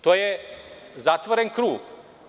To je zatvoren krug.